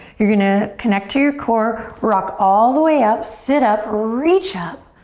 you're gonna connect to your core, rock all the way up, sit up, reach up,